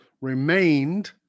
remained